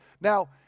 Now